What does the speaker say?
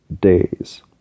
days